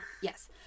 Yes